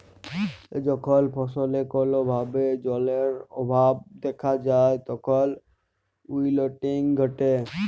যখল ফসলে কল ভাবে জালের অভাব দ্যাখা যায় তখল উইলটিং ঘটে